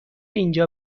اینجا